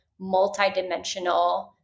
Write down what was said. multidimensional